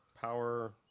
power